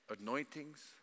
anointings